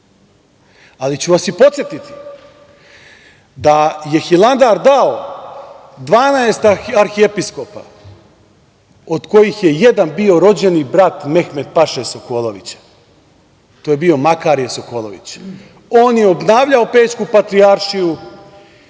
ali ću vas i podsetiti da je Hilandar dao 12 arhiepiskopa, od kojih je jedan bio rođeni brat Mehmet-paše Sokolovića. To je bio Makarije Sokolović. On je obnavljao Pećku patrijaršiju